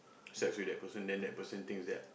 sex with that person then that person thinks that